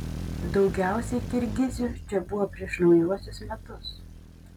daugiausiai kirgizių čia buvo prieš naujuosius metus